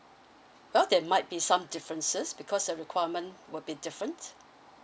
well that might be some differences because uh requirement will be different